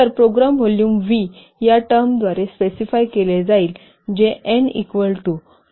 तर program volume V या term द्वारे स्पेसिफाय केले जाईल जे N equal to log 2 eta असेल